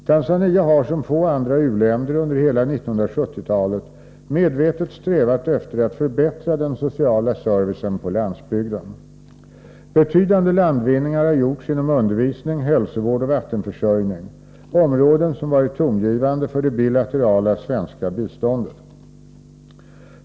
Tanzania har som få andra u-länder under hela 1970-talet medvetet strävat efter att förbättra den sociala servicen på landsbygden. Betydande landvinningar har gjorts inom undervisning, hälsovård och vattenförsörjning — områden som varit tongivande för det bilaterala svenska biståndet.